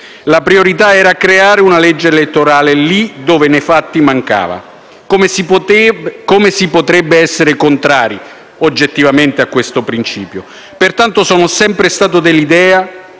La priorità era creare una legge elettorale lì dove - nei fatti - mancava. Come si potrebbe essere contrari, oggettivamente, a questo principio? Pertanto sono sempre stato dell'idea